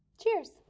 Cheers